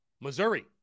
Missouri